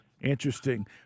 Interesting